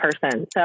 person